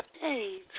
Hey